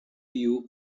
you